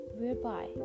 whereby